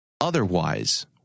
otherwise